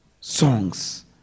Songs